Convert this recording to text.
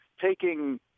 taking